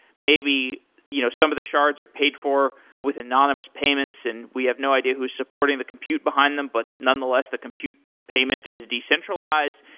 maybe you know some of the shards are paid for with anonymous payments, and we have no idea who's supporting the compute them. but nonetheless, the compute payment is decentralized.